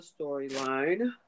storyline